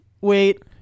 Wait